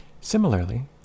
Similarly